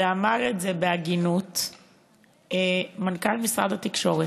ואמר את זה בהגינות מנכ"ל משרד התקשורת.